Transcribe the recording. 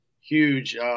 huge –